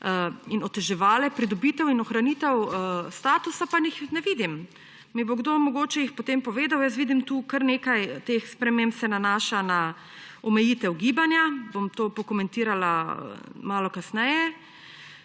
in oteževale pridobitev in ohranitev statusa, pa jih ne vidim. Mi jih bo kdo mogoče potem povedal. Jaz vidim tu, da se kar nekaj teh sprememb nanaša na omejitev gibanja, bom to pokomentirala malo kasneje.